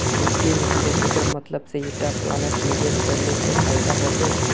वित्त विश्लेषकेर मतलब से ईटा प्लानत निवेश करले से फायदा हबे